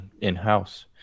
in-house